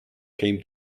came